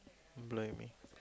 blind me